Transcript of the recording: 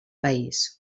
país